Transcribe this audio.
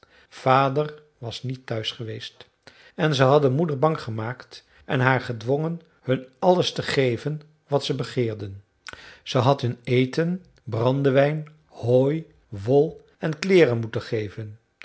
vader was niet thuis geweest en ze hadden moeder bang gemaakt en haar gedwongen hun alles te geven wat ze begeerden ze had hun eten brandewijn hooi wol en kleeren moeten geven